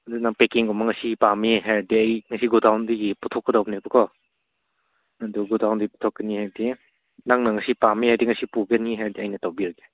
ꯑꯗꯨ ꯅꯪ ꯄꯦꯛꯀꯤꯡꯒꯨꯝꯕ ꯉꯁꯤ ꯄꯥꯝꯃꯦ ꯍꯥꯏꯔꯗꯤ ꯑꯩ ꯉꯁꯤ ꯒꯣꯗꯥꯎꯟꯗꯒꯤ ꯄꯨꯊꯣꯛꯀꯗꯧꯕꯅꯦꯕꯀꯣ ꯑꯗꯨ ꯒꯣꯗꯥꯎꯟꯗꯒꯤ ꯄꯨꯊꯣꯛꯀꯅꯤ ꯍꯥꯏꯕꯗꯤ ꯅꯪꯅ ꯉꯁꯤ ꯄꯥꯝꯃꯦ ꯍꯥꯏꯔꯗꯤ ꯉꯁꯤ ꯄꯨꯒꯅꯤ ꯍꯥꯏꯕꯗꯤ ꯑꯩꯅ ꯇꯧꯕꯤꯔꯒꯦ